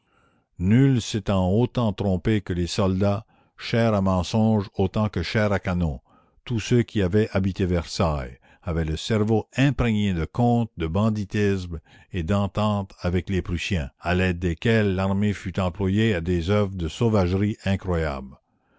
nuls n'étant autant trompés que les soldats chair à mensonge autant que chair à canon tous ceux qui avaient habité versailles avaient le cerveau imprégné de contes de banditisme et d'entente avec les prussiens à l'aide desquels l'armée fut employée à des œuvres de sauvagerie incroyables